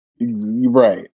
Right